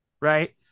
Right